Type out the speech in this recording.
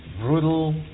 brutal